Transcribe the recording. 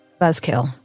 buzzkill